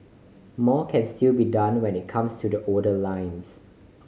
more can still be done when it comes to the older lines